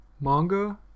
manga